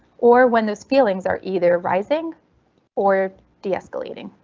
or when those feelings are either rising or deescalating.